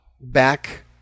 back